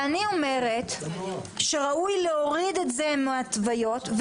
ואני אומרת שראוי להוריד את זה מההתוויות,